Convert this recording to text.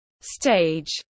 stage